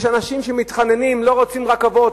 יש אנשים שמתחננים: לא רוצים רכבות,